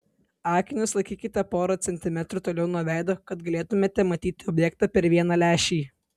akinius laikykite porą centimetrų toliau nuo veido kad galėtumėte matyti objektą per vieną lęšį